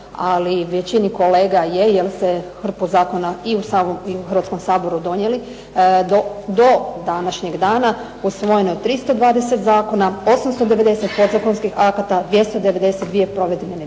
ali većini kolega je, jer se hrpu zakona i u Hrvatskom saboru donijeli. Do današnjeg dana usvojeno je 320 zakona, 890 podzakonskih akata, 292 provedbene mjere,